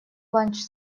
ланч